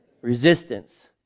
Resistance